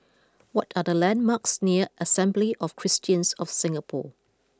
what are the landmarks near Assembly of Christians of Singapore